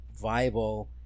viable